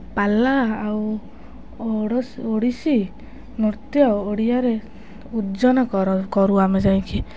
ପାଲା ଆଉ ଓଡ଼ିଶୀ ନୃତ୍ୟ ଓଡ଼ିଆରେ ଉଜ୍ଜନ କରୁ ଆମେ ଯାଇକି